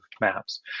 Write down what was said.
maps